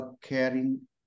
caring